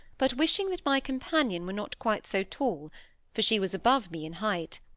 but wishing that my companion were not quite so tall for she was above me in height.